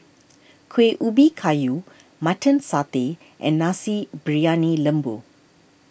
Kueh Ubi Kayu Mutton Satay and Nasi Briyani Lembu